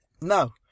No